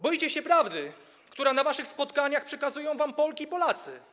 Boicie się prawdy, którą na waszych spotkaniach przekazują wam Polki i Polacy.